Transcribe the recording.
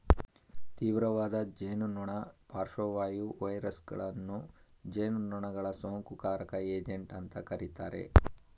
ತೀವ್ರವಾದ ಜೇನುನೊಣ ಪಾರ್ಶ್ವವಾಯು ವೈರಸಗಳನ್ನು ಜೇನುನೊಣಗಳ ಸೋಂಕುಕಾರಕ ಏಜೆಂಟ್ ಅಂತ ಕರೀತಾರೆ